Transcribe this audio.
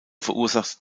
verursacht